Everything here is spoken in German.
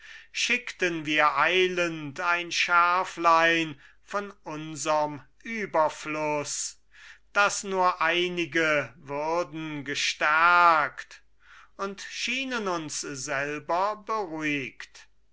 schickten wir eilend ein scherflein von unserm überfluß daß nur einige würden gestärkt und schienen uns selber beruhigt